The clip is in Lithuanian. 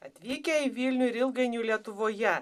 atvykę į vilnių ir ilgainiui lietuvoje